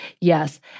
yes